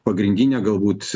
pagrindinė galbūt